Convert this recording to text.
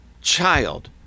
child